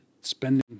spending